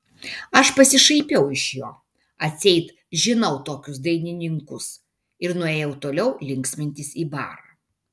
aš pasišaipiau iš jo atseit žinau tokius dainininkus ir nuėjau toliau linksmintis į barą